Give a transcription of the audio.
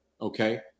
okay